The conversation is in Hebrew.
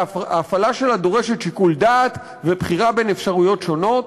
שההפעלה שלה דורשת שיקול דעת ובחירה בין אפשרויות שונות,